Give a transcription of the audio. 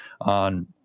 on